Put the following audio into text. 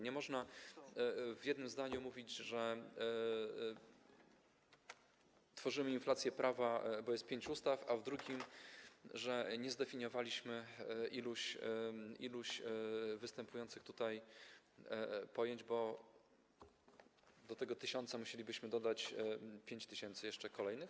Nie można w jednym zdaniu mówić, że tworzymy inflację prawa, bo jest pięć ustaw, a w drugim, że nie zdefiniowaliśmy iluś występujących tutaj pojęć, bo do tego 1 tys. musielibyśmy dodać jeszcze 5 tys. kolejnych.